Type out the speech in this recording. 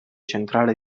centrale